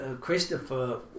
Christopher